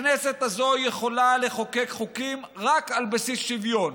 הכנסת הזאת יכולה לחוקק חוקים רק על בסיס שוויון,